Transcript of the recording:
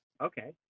Okay